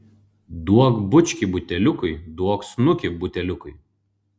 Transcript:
duok bučkį buteliukui duok snukį buteliukui